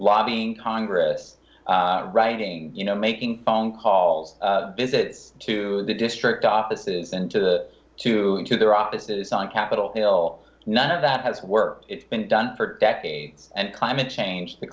lobbying congress writing you know making phone calls visit to the district offices and to to to their offices on capitol hill none of that has worked it's been done for decades and climate change the